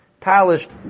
polished